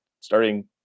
starting